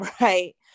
right